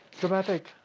dramatic